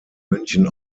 münchen